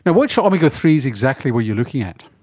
and which omega three s exactly where you looking at?